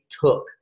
took